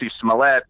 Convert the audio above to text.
Smollett